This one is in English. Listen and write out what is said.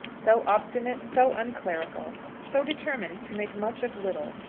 so obstinate, so unclerical so determined to make much of little!